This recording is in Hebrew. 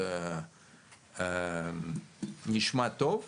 סיפור שנשמע מאוד טוב,